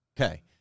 Okay